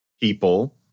people